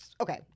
Okay